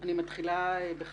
אני מתחילה בך,